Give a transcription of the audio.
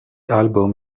album